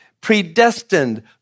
predestined